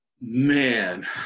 Man